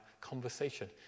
conversation